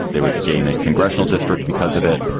they would gain a congressional district because of it.